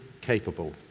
capable